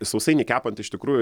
sausainį kepant iš tikrųjų